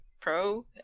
pro